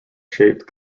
shaped